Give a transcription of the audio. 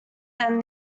than